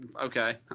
Okay